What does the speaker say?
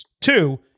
Two